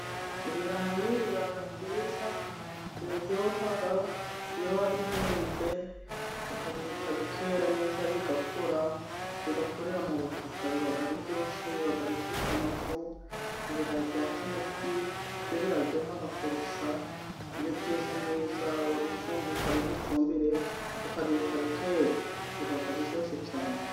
Ibirayi biba byiza, biraryoha iyo wabihinze ukabireka bikera neza, bigakura, bigakurira mu butaka. Biba biryoshye, biba bifite amafu. Ibirayi bya Kinigi byo biraryoha kurusha, iyo byeze neza, warabifumbiye, ukabiha ifumbire, ukabireka bikera. Biba biryoshye cyane.